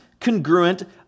congruent